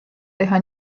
teha